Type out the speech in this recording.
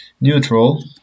neutral